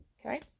Okay